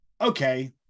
okay